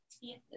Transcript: yes